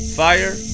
fire